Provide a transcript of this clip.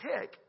pick